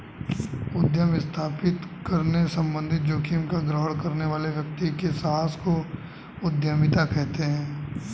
उद्यम स्थापित करने संबंधित जोखिम का ग्रहण करने वाले व्यक्ति के साहस को उद्यमिता कहते हैं